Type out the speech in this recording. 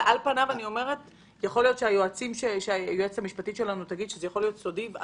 יכול להיות שהיועצת המשפטית שלנו תגיד שזה יכול להיות סודי.